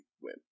win